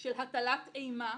של הטלת אימה,